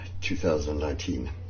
2019